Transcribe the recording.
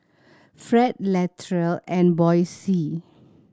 Fred Latrell and Boysie